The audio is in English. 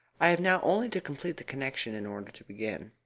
i have now only to complete the connection in order to begin.